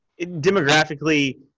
demographically